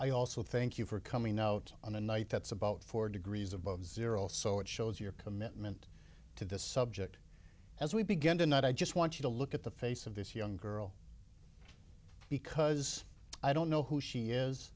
i also thank you for coming out on a night that's about four degrees above zero so it shows your commitment to this subject as we begin tonight i just want you to look at the face of this young girl because i don't know who she is